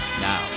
Now